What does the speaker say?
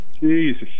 Jesus